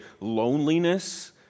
loneliness